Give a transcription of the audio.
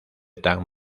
tan